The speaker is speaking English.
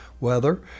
weather